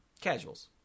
casuals